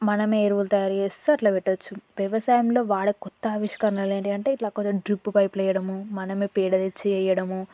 మనమే ఎరువులు తయారు చేస్తూ అట్ల పెట్టచ్చు వ్యవసాయంలో వాడే కొత్త ఆవిష్కరణలు ఏంటి అంటే ఇట్లా కొంత డ్రిప్పు పైపులేయడము మనమే పేడ తెచ్చి వేయడము